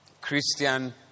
Christian